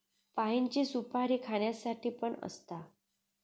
पाइनची सुपारी खाण्यासाठी पण असता